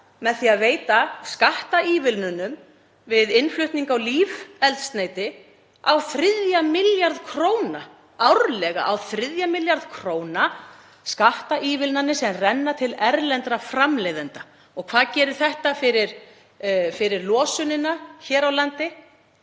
með því að veita skattaívilnanir við innflutning á lífeldsneyti upp á þriðja milljarð króna árlega, á þriðja milljarð, skattaívilnanir sem renna til erlendra framleiðenda. Og hvað gerir þetta fyrir losunina hér á landi?